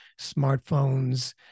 smartphones